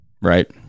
right